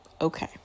Okay